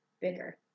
bigger